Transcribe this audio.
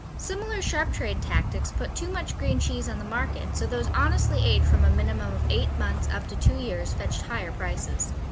similar sharp-trade tactics put too much green cheese on the market, so those honestly aged from a minimum of eight months up to two years fetched higher prices.